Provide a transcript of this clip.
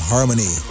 Harmony